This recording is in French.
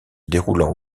déroulant